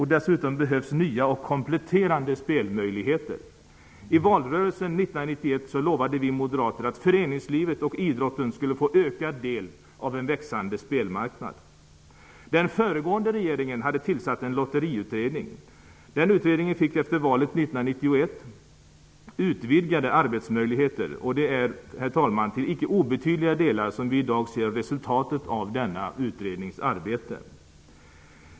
Dessutom behövs nya och kompletterande spelmöjligheter. I valrörelsen 1991 lovade vi moderater att föreningslivet och idrotten skulle få en ökad del av den växande spelmarknaden. Den föregående regeringen hade tillsatt en lotteriutredning. Den utredningen fick efter valet 1991 utvidgade arbetsmöjligheter. Det är, herr talman, till icke obetydliga delar som vi i dag ser resultatet av denna utrednings arbete.